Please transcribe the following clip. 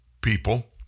people